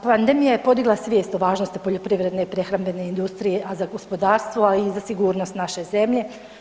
Pandemija je podigla svijest o važnosti poljoprivredne i prehrambene industrije, a za gospodarstvo, a i za sigurnost naše zemlje.